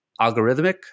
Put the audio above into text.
algorithmic